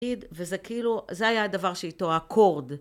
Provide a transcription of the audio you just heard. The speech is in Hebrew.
וזה כאילו, זה היה הדבר שאיתו האקורד.